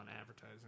advertising